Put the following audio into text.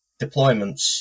deployments